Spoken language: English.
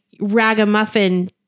ragamuffin